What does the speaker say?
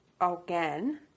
again